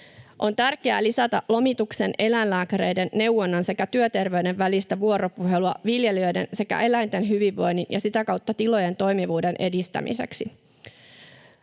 On tärkeää lisätä lomituksen, eläinlääkäreiden neuvonnan sekä työterveyden välistä vuoropuhelua viljelijöiden sekä eläinten hyvinvoinnin ja sitä kautta tilojen toimivuuden edistämiseksi.